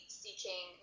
seeking